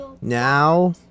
Now